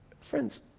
Friends